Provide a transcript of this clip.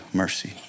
mercy